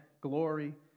glory